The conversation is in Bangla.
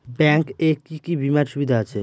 ব্যাংক এ কি কী বীমার সুবিধা আছে?